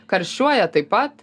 karščiuoja taip pat